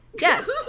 Yes